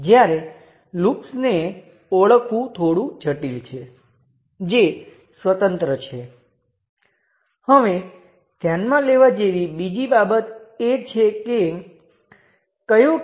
પરંતુ જો તમારી પાસે વોલ્ટેજ સ્ત્રોત છે જે પાવર જનરેટ કરે છે અથવા કરંટસ્ત્રોત છે જે પાવર જનરેટ કરે છે તો તેને રેઝિસ્ટર સાથે બદલો તો તે હંમેશા કાર્ય કરશે